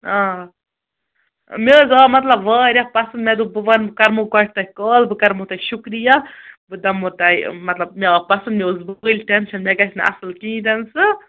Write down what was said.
آ مےٚ حظ آو مطلب واریاہ پَسنٛد مےٚ دوٚپ بہٕ وَنہٕ کَرمو گۄڈٕ تۄہہِ کال بہٕ کَرمو تۄہہِ شُکریہ بہٕ دِمو تۄہہِ مطلب مےٚ آو پَسَنٛد مےٚ اوس بٔلۍ ٹٮ۪نشَن مےٚ گژھِ نہٕ اَصٕل کِہیٖنٛۍ تہِ نہٕ سُہ